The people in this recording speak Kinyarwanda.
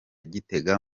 gitega